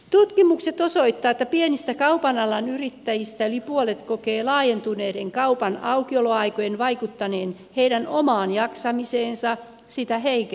tutkimukset osoittavat että pienistä kaupan alan yrittäjistä yli puolet kokee laajentuneiden kaupan aukioloaikojen vaikuttaneen heidän omaan jaksamiseensa sitä heikentäen